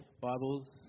Bibles